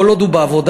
כל עוד הוא בעבודה,